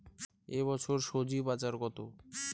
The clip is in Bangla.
এ বছর স্বজি বাজার কত?